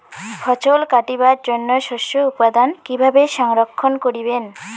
ফছল কাটিবার পর শস্য উৎপাদন কিভাবে সংরক্ষণ করিবেন?